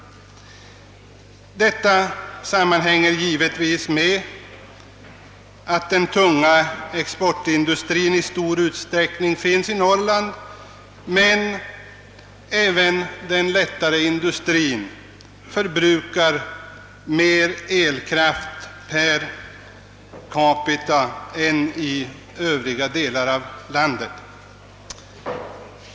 Detta sammanhänger givetvis med att den tunga exportindustrien i stor utsträckning är belägen i Norrland, men även den lättare industrien förbrukar där mer elkraft per capita än i övriga delar av landet.